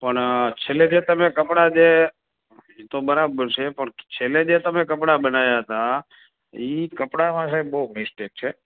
પણ છેલ્લે જે તમે કપડાં જે એ તો બરાબર છે પણ છેલ્લે જે તમે જે કપડાં બનાવ્યા હતાં એ કપડાં વાંહે બહુ મિસ્ટેક છે